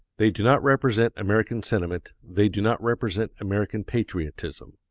they do not represent american sentiment they do not represent american patriotism.